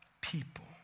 people